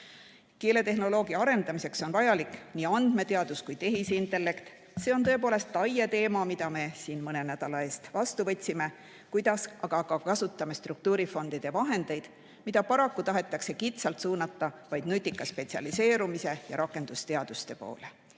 Keeletehnoloogia arendamiseks on vajalik nii andmeteadus kui ka tehisintellekt. See on tõepoolest TAIE teema, mille me siin mõne nädala eest vastu võtsime. Kuidas me aga kasutame struktuurifondide vahendeid, mida paraku tahetakse kitsalt suunata vaid nutika spetsialiseerumise ja rakendusteaduste poole?